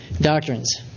doctrines